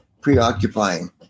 preoccupying